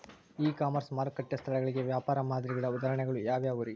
E commerce ಮಾರುಕಟ್ಟೆ ಸ್ಥಳಗಳಿಗೆ ವ್ಯಾಪಾರ ಮಾದರಿಗಳ ಉದಾಹರಣೆಗಳು ಯಾವವುರೇ?